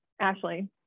Ashley